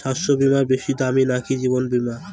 স্বাস্থ্য বীমা বেশী দামী নাকি জীবন বীমা?